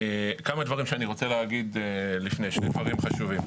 כמה דברים שאני רוצה להגיד, דברים חשובים.